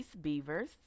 Beavers